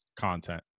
content